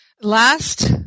last